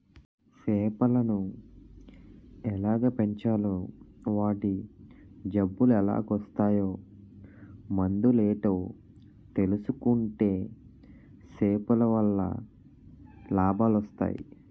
సేపలను ఎలాగ పెంచాలో వాటి జబ్బులెలాగోస్తాయో మందులేటో తెలుసుకుంటే సేపలవల్ల లాభాలొస్టయి